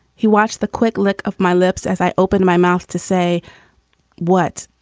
he watched the quick look of my lips as i opened my mouth. to say what?